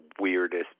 weirdest